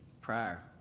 prior